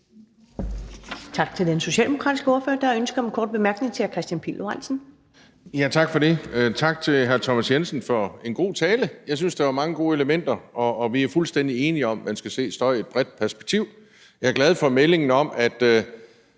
Tak til den socialdemokratiske ordfører. Der er ønske om en kort bemærkning fra hr. Kristian Pihl Lorentzen. Kl. 15:31 Kristian Pihl Lorentzen (V): Tak for det. Tak til hr. Thomas Jensen for en god tale. Jeg synes, der var mange gode elementer, og vi er fuldstændig enige om, at man skal se støj i et bredt perspektiv. Jeg er glad for meldingen om, at